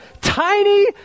tiny